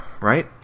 right